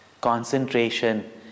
concentration